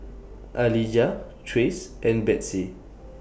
Alijah Trace and Betsey